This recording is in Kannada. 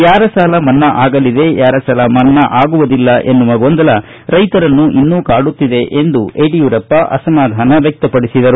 ಯಾರ ಸಾಲ ಮನ್ನಾವಾಗಲಿದೆ ಯಾರ ಸಾಲ ಮನ್ನಾ ಆಗುವುದಿಲ್ಲ ಎನ್ನುವ ಗೊಂದಲ ರೈತರನ್ನೂ ಇನ್ನೂ ಕಾಡುತ್ತಿದೆ ಎಂದು ಅಸಮಾಧಾನ ವ್ಯಕ್ತಪಡಿಸಿದರು